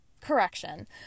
correction